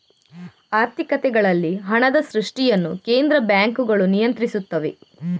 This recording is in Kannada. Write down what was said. ಆರ್ಥಿಕತೆಗಳಲ್ಲಿ ಹಣದ ಸೃಷ್ಟಿಯನ್ನು ಕೇಂದ್ರ ಬ್ಯಾಂಕುಗಳು ನಿಯಂತ್ರಿಸುತ್ತವೆ